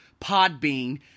Podbean